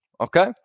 okay